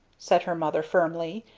said her mother, firmly.